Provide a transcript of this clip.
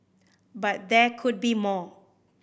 but there could be more